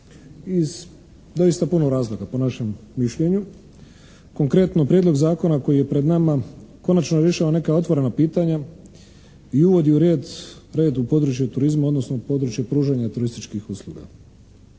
iz doista puno razloga po našem mišljenju. Konkretno prijedlog zakona koji je pred nama konačno rješava neka otvorena pitanja i uvodi u red u područje turizma odnosno pružanja turističkih usluga.